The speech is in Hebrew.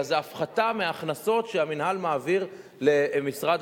אלא זו הפחתה מההכנסות שהמינהל מעביר למשרד